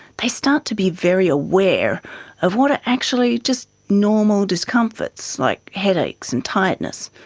they start to be very aware of what are actually just normal discomforts like headaches and tiredness,